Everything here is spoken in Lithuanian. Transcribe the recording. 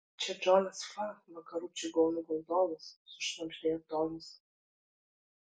čia džonas fa vakarų čigonų valdovas sušnabždėjo tonis